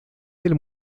del